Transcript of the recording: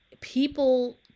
people